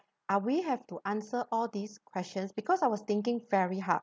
are we have to answer all these questions because I was thinking very hard